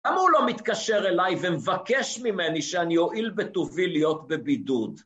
למה הוא לא מתקשר אליי ומבקש ממני שאני אועיל בטובי להיות בבידוד?